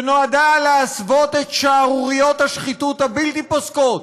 שנועדה להסוות את שערוריות השחיתות הבלתי-פוסקות